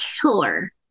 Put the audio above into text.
killer